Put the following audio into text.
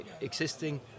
existing